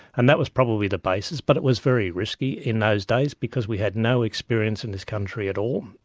and that was probably the basis, but it was very risky in those days because we had no experience in this country at all,